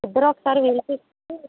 ఇద్దరు ఒకసారి వినిపిస్తే